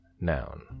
noun